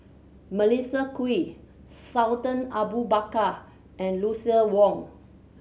Melissa Kwee Sultan Abu Bakar and Lucien Wang